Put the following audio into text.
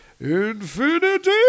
infinity